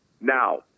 Now